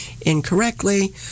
incorrectly